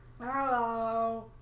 Hello